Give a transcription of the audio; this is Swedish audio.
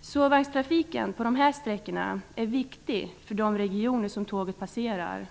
Sovvagnstrafiken på de här sträckorna är viktig för de regioner som tågen passerar.